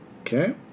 Okay